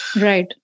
Right